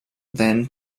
then